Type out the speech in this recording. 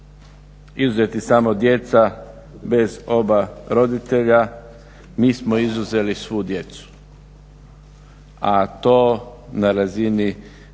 izuzeti samo djeca bez oba roditelja, nismo izuzeli svu djecu. A to na razini godine